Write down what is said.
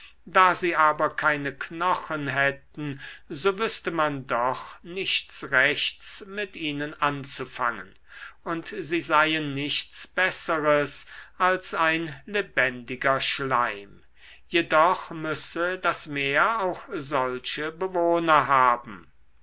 da sie aber keine knochen hätten so wüßte man doch nichts rechts mit ihnen anzufangen und sie seien nichts besseres als ein lebendiger schleim jedoch müsse das meer auch solche bewohner haben